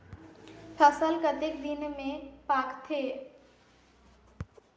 फसल कतेक दिन मे पाकथे?